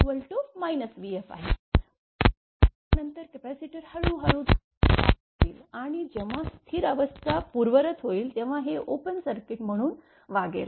पण त्यानंतर कपॅसिटर हळूहळू तुमचा चार्ज घेईल आणि जेव्हा स्थिर अवस्था पूर्ववत होईल तेव्हा हे ओपन सर्किट म्हणून वागेल